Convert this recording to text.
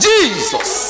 Jesus